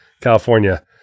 California